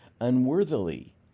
unworthily